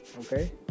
okay